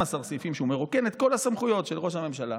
הוא מרוקן את כל הסמכויות של ראש הממשלה,